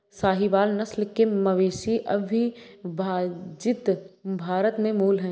साहीवाल नस्ल के मवेशी अविभजित भारत के मूल हैं